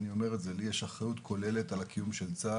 גם עכשיו אני אומר שיש לי אחריות כוללת על הקיום של צה"ל,